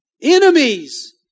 enemies